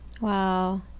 Wow